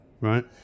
Right